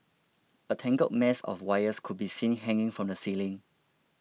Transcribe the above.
a tangled mess of wires could be seen hanging from the ceiling